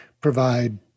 provide